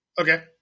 Okay